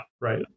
Right